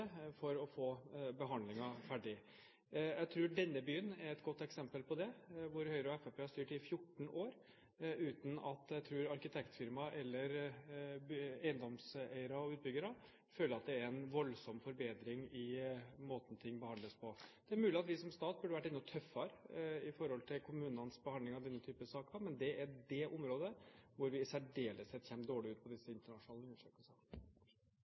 på å få behandlingen ferdig. Jeg tror denne byen er et godt eksempel på det, hvor Høyre og Fremskrittspartiet har styrt i 14 år, uten at jeg tror at arkitektfirmaer eller eiendomseiere og utbyggere føler at det er en voldsom forbedring i måten ting behandles på. Det er mulig at vi som stat burde være enda tøffere når det gjelder kommunenes behandling av denne typen saker. Det er det området hvor vi i særdeleshet kommer dårlig ut i disse internasjonale